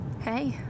Hey